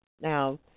now